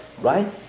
Right